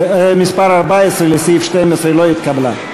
14 לסעיף 12 לא התקבלה,